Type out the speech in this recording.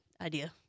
Idea